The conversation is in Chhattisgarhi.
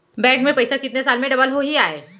बैंक में पइसा कितने साल में डबल होही आय?